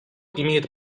имеет